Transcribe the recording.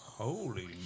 Holy